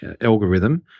algorithm